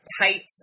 tight